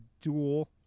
dual